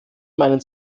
meinen